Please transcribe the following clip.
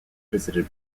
visited